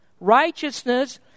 Righteousness